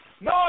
No